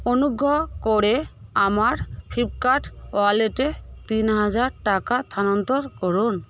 অনুগ্রহ করে আমার ফ্লিপকার্ট ওয়ালেটে তিন হাজার টাকা স্থানান্তর করুন